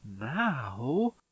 now